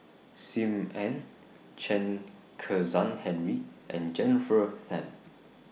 SIM Ann Chen Kezhan Henri and Jennifer Tham